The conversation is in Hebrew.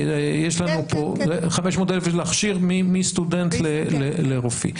להכשיר מסטודנט לרופא?